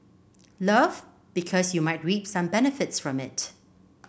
love because you might reap some benefits from it